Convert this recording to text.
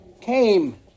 came